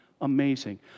amazing